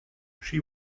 she